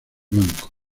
blancos